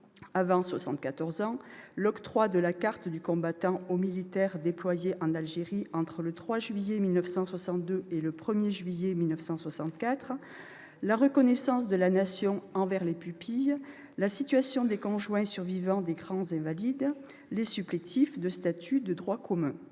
avant 74 ans, l'octroi de la carte du combattant aux militaires déployés en Algérie entre le 3 juillet 1962 et le 1 juillet 1964, la reconnaissance de la Nation envers les pupilles, la situation des conjoints survivants des grands invalides, les supplétifs de statut de droit commun.